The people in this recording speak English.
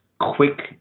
quick